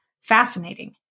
fascinating